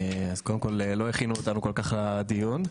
לא הכינו אותנו כל כך לדיון,